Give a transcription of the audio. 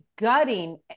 gutting